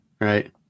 right